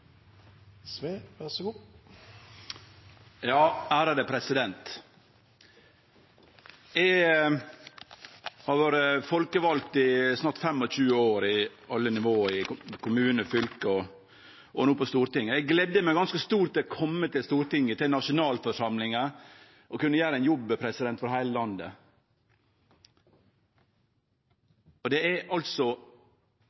har vore folkevald i snart 25 år, på alle nivå, i kommune, fylke og no på Stortinget. Eg gledde meg ganske stort til å kome til Stortinget, til nasjonalforsamlinga, for å kunne gjere ein jobb for heile landet.